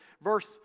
verse